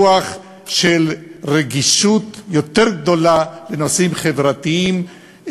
רוח של רגישות יותר גדולה לנושאים חברתיים,